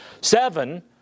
Seven